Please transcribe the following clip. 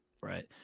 Right